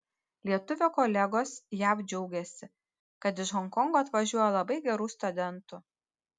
lietuvio kolegos jav džiaugiasi kad iš honkongo atvažiuoja labai gerų studentų